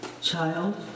Child